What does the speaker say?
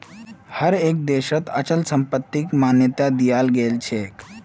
हर एक देशत अचल संपत्तिक मान्यता दियाल गेलछेक